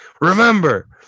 remember